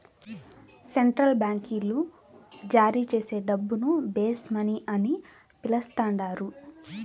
central బాంకీలు జారీచేసే డబ్బును బేస్ మనీ అని పిలస్తండారు